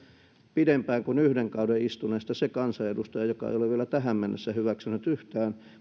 pidempään kuin yhden kauden istuneista se kansanedustaja joka ei ole vielä tähän mennessä hyväksynyt yhtään